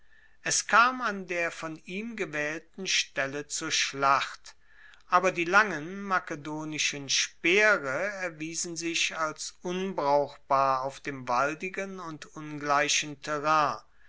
es kam an der von ihm gewaehlten stelle zur schlacht aber die langen makedonischen speere erwiesen sich unbrauchbar auf dem waldigen und ungleichen terrain